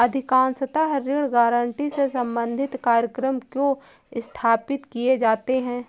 अधिकांशतः ऋण गारंटी से संबंधित कार्यक्रम क्यों स्थापित किए जाते हैं?